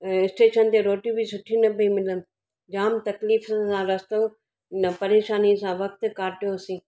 station ते रोटियूं बि सुठियूं न पियूं मिलनि जाम तकलीफ़ुनि सां रस्तो न परेशानीअ सां वक़्तु काटियोसीं